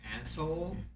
asshole